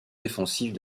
défensives